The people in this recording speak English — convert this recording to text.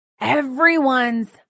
Everyone's